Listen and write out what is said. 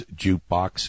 jukebox